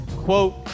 Quote